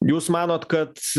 jūs manot kad